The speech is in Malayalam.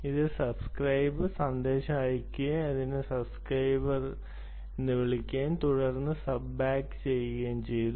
അത് ഒരു സബ്സ്ക്രൈബ് സന്ദേശം അയയ്ക്കുകയും അതിന് സബ്സ്ക്രൈബ് എന്ന് വിളിക്കുകയും തുടർന്ന് സബ് ബാക്ക് ചെയ്യുകയും ചെയ്തു